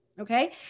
Okay